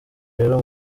rero